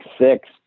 six